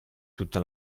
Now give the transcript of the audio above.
tutta